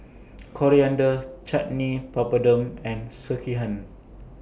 Coriander Chutney Papadum and Sekihan